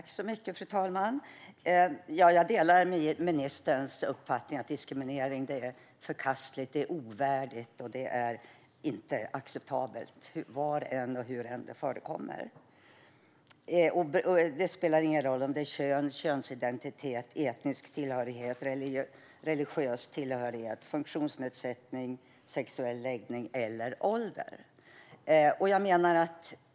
Fru talman! Jag delar ministerns uppfattning att diskriminering är förkastligt, ovärdigt och inte acceptabelt var än och hur än den förekommer. Det spelar ingen roll om det är fråga om kön, könsidentitet, etnisk tillhörighet, religiös tillhörighet, funktionsnedsättning, sexuell läggning eller ålder.